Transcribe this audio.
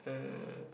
it's okay